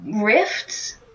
rifts